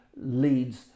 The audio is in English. leads